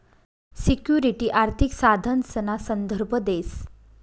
security आर्थिक साधनसना संदर्भ देस